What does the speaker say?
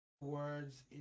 words